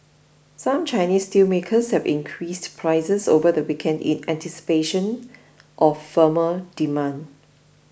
some Chinese steelmakers have increased prices over the weekend in anticipation of firmer demand